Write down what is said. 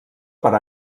per